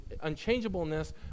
unchangeableness